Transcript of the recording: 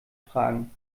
fragen